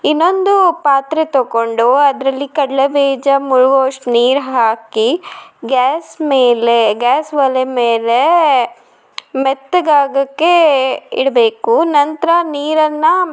ಇನ್ನೊಂದು ಪಾತ್ರೆ ತಕೊಂಡು ಅದರಲ್ಲಿ ಕಡಲೆಬೀಜ ಮುಳುಗುವಷ್ಟು ನೀರು ಹಾಕಿ ಗ್ಯಾಸ್ ಮೇಲೆ ಗ್ಯಾಸ್ ಒಲೆ ಮೇಲೆ ಮೆತ್ತಗಾಗೋಕ್ಕೆ ಇಡಬೇಕು ನಂತರ ನೀರನ್ನು